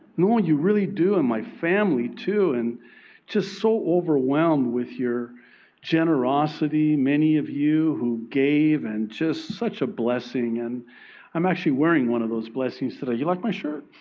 no, you really do. and my family, too. and just so overwhelmed with your generosity, many of you who gave and just such a blessing. and i'm actually wearing one of those blessings today. you like my shirt?